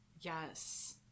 Yes